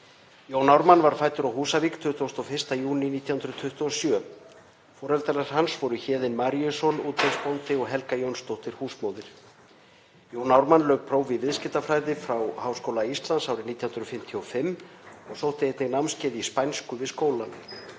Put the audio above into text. Jón Ármann var fæddur á Húsavík 21. júní 1927. Foreldrar hans voru Héðinn Maríusson útvegsbóndi og Helga Jónsdóttir húsmóðir. Jón Ármann lauk prófi í viðskiptafræði við Háskóla Íslands árið 1955 og sótti einnig námskeið í spænsku við skólann.